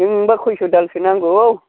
नोंनोबा खयस' दालसो नांगौ